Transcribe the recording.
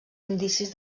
indicis